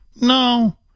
No